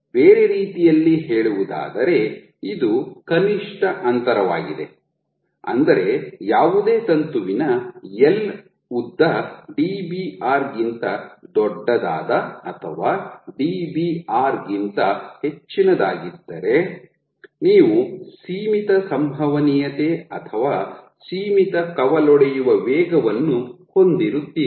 ಬೇರೆ ರೀತಿಯಲ್ಲಿ ಹೇಳುವುದಾದರೆ ಇದು ಕನಿಷ್ಟ ಅಂತರವಾಗಿದೆ ಅಂದರೆ ಯಾವುದೇ ತಂತುವಿನ L ಉದ್ದ Dbr ಗಿಂತ ದೊಡ್ಡದಾದ ಅಥವಾ Dbr ಗಿಂತ ಹೆಚ್ಚಿನದಾಗಿದ್ದರೆ ನೀವು ಸೀಮಿತ ಸಂಭವನೀಯತೆ ಅಥವಾ ಸೀಮಿತ ಕವಲೊಡೆಯುವ ವೇಗವನ್ನು ಹೊಂದಿರುತ್ತೀರಿ